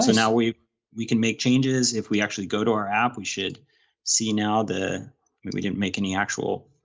so now, we we can make changes. if we actually go to our app, we should see now that we we didn't make any actual